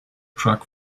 truck